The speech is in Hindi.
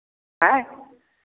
आँय